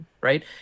right